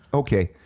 okay,